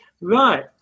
Right